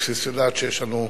אבקסיס יודעת שיש לנו,